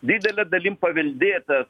didele dalim paveldėta